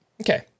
Okay